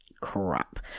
crap